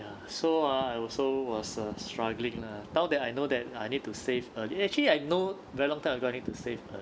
ya so ah I also was err struggling lah now that I know that I need to save early actually I know very long time ago I need to save early